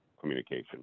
communication